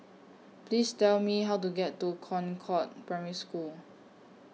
Please Tell Me How to get to Concord Primary School